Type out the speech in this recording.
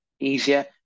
easier